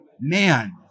Man